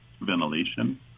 ventilation